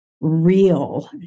real